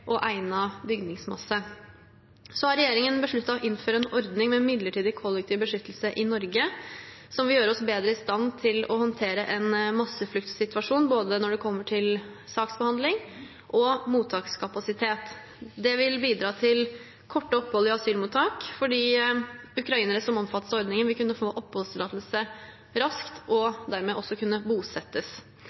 og egnet bygningsmasse. Regjeringen har besluttet å innføre en ordning med midlertidig kollektiv beskyttelse i Norge som vil gjøre oss bedre i stand til å håndtere en massefluktsituasjon, når det kommer til både saksbehandling og mottakskapasitet. Det vil bidra til korte opphold i asylmottak, fordi ukrainere som omfattes av ordningen, vil kunne få oppholdstillatelse raskt og dermed også kunne bosettes.